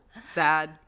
sad